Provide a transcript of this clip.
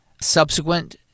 subsequent